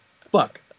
fuck